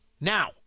Now